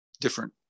different